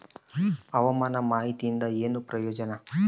ಹವಾಮಾನ ಮಾಹಿತಿಯಿಂದ ಏನು ಪ್ರಯೋಜನ?